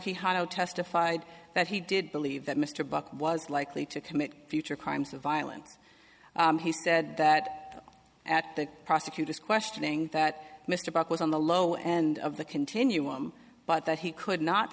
he testified that he did believe that mr buck was likely to commit future crimes of violence he said that at the prosecutor's questioning that mr brock was on the low and of the continuum but that he could not